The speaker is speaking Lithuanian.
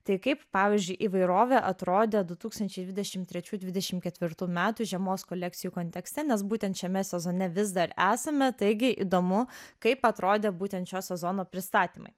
tai kaip pavyzdžiui įvairovė atrodė du tūkstančiai dvidešim trečių dvidešimt ketvirtų metų žiemos kolekcijų kontekste nes būtent šiame sezone vis dar esame taigi įdomu kaip atrodė būtent šio sezono pristatymai